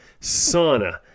sauna